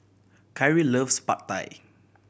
Khiry loves Pad Thai